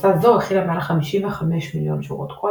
הפצה זו הכילה מעל 55 מיליון שורות קוד,